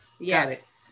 Yes